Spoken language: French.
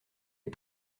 est